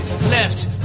left